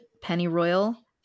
pennyroyal